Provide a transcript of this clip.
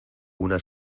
una